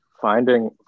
finding